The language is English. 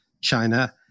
China